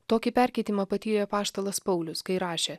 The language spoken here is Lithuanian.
tokį perkeitimą patyrė apaštalas paulius kai rašė